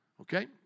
Okay